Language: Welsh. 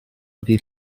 ddydd